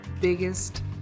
biggest